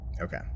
Okay